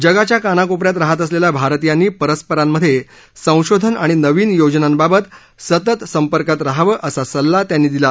जगाच्या कानाकोपऱ्यात राहत असलेल्या भारतीयांनी परस्परांमध्ये संशोधन आणि नवीन योजनांबाबत सतत संपर्कात राहावं असा सल्ला त्यांनी दिला